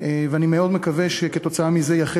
ואני מאוד מקווה שכתוצאה ממנו יחל